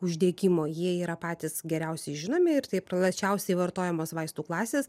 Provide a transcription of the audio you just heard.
uždegimo jie yra patys geriausiai žinomi ir tai plačiausiai vartojamos vaistų klasės